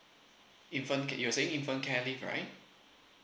infant you are saying infant care leave right